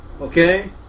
okay